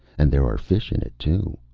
and there are fish in it, too.